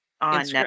on